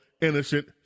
innocent